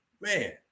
man